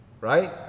right